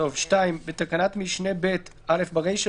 " בתקנת משנה (ב) - ברישה,